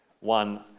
One